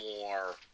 more